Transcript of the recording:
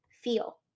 feel